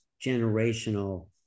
generational